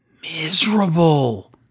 miserable